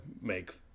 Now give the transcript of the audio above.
make